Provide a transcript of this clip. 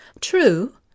true